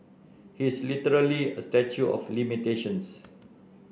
he is literally a statue of limitations